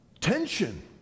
tension